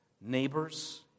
neighbors